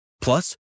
Plus